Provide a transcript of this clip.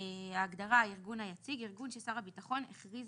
התשפ"ג 2023 תיקון סעיף 1 1. בחוק הנכים (תגמולים ושיקום),